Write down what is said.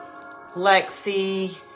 Lexi